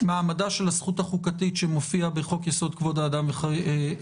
את מעמדה של הזכות החוקתית שמופיעה בחוק-יסוד: כבוד האדם וחירותו.